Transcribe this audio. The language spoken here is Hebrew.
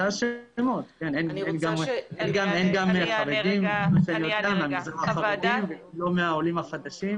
גם אין חרדים ולא עולים חדשים.